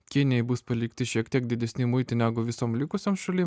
kinijai bus palikti šiek tiek didesni muitai negu visom likusiom šalim